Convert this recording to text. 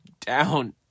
down